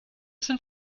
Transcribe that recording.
sind